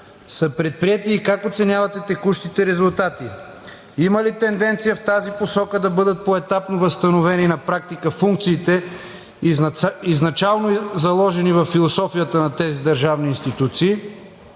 са предприети и как оценявате текущите резултати? Има ли тенденция в тази посока да бъдат поетапно възстановени на практика функциите, изначално заложени във философията на тези държавни институции,